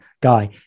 guy